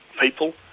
people